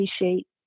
appreciate